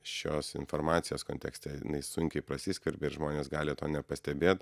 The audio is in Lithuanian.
šios informacijos kontekste inai sunkiai prasiskverbia ir žmonės gali to nepastebėt